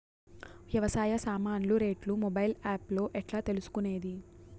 వ్యవసాయ సామాన్లు రేట్లు మొబైల్ ఆప్ లో ఎట్లా తెలుసుకునేది?